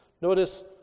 Notice